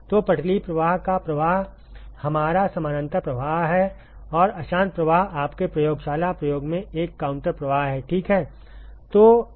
तो पटलीय प्रवाह का प्रवाह हमारा समानांतर प्रवाह है और अशांत प्रवाह आपके प्रयोगशाला प्रयोग में एक काउंटर प्रवाह है ठीक है